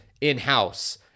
in-house